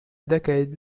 decade